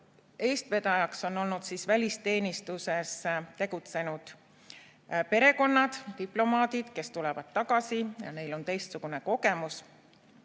eestvedajaks on olnud välisteenistuses tegutsenud perekonnad, diplomaadid, kes tulevad tagasi ja kellel on teistsugune kogemus.